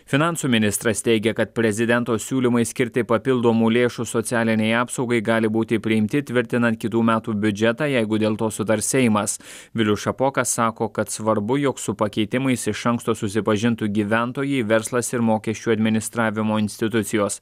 finansų ministras teigia kad prezidento siūlymai skirti papildomų lėšų socialinei apsaugai gali būti priimti tvirtinant kitų metų biudžetą jeigu dėl to sutars seimas vilius šapoka sako kad svarbu jog su pakeitimais iš anksto susipažintų gyventojai verslas ir mokesčių administravimo institucijos